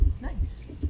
Nice